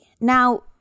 Now